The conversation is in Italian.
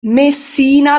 messina